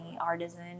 artisan